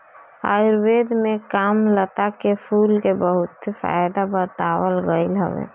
आयुर्वेद में कामलता के फूल के बहुते फायदा बतावल गईल हवे